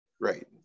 Right